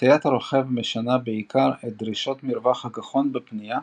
הטיית הרוכב משנה בעיקר את דרישות מרווח הגחון בפנייה,